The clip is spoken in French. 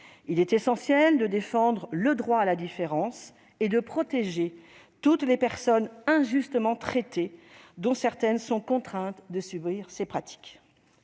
Il est essentiel de défendre le droit à la différence et de protéger toutes les personnes injustement traitées, dont certaines sont contraintes de subir ces pratiques.